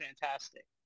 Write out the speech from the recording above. fantastic